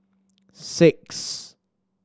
six